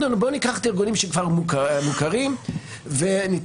בוא ניקח את הארגונים שכבר מוכרים וניתן להם את זה.